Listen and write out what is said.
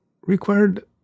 required